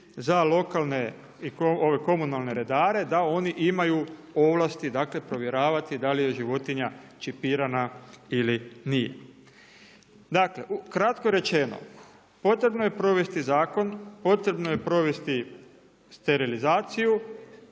za lokalne i komunalne redare da oni imaju ovlasti, dakle provjeravati da li je životinja čipirana ili nije. Dakle, kratko rečeno. Potrebno je provesti zakon, potrebno je provesti sterilizaciju,